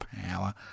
power